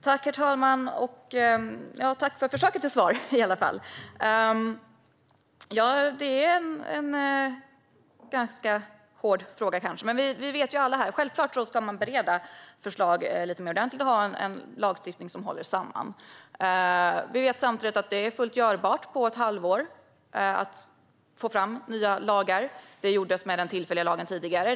Herr talman! Tack för försöket till svar i varje fall. Det är kanske en ganska svår fråga. Vi vet alla här att man självklart ska bereda förslag lite mer ordentligt och ha en lagstiftning som håller samman. Vi vet samtidigt att det är fullt görbart att på ett halvår få fram nya lagar. Det gjordes tidigare med den tillfälliga lagen.